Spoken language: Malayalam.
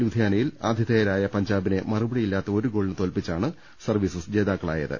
ലുധിയാ നയിൽ ആതിഥേയരായ പഞ്ചാബിനെ മറുപടിയില്ലാത്ത ഒരു ഗോളിന് തോല്പിച്ചാണ് സർവീസസ് ജേതാക്കളായത്